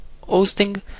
hosting